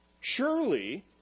surely